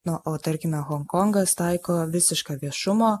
na o tarkime honkongas taiko visišką viešumo